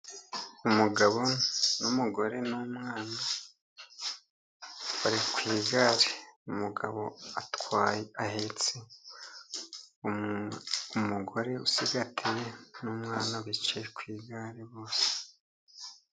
Umugabo, n'umugore, n'umwana bari ku igare. Umugabo ahetse umugore usigatiye n'umwana, bicaye ku igare bose.